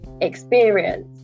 experience